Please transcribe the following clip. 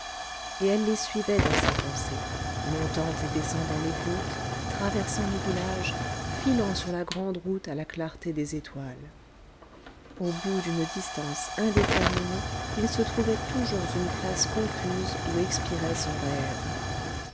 et elle les suivait dans sa pensée montant et descendant les côtes traversant les villages filant sur la grande route à la clarté des étoiles au bout d'une distance indéterminée il se trouvait toujours une place confuse où expirait son rêve